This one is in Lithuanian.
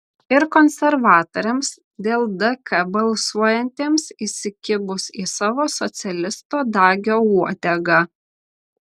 ir konservatoriams dėl dk balsuojantiems įsikibus į savo socialisto dagio uodegą